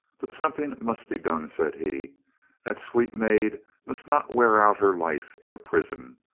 but something must be done, said he that sweet maid must not wear out her life in a prison.